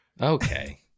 Okay